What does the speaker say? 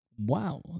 Wow